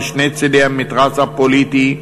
משני צדי המתרס הפוליטי,